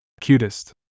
cutest